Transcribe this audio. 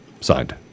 signed